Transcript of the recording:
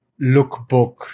lookbook